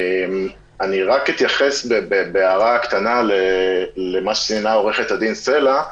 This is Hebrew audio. אני רק אתייחס בהערה קטנה למה שציינה עו"ד סלע.